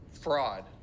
fraud